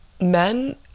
men